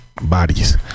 bodies